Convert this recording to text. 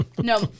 No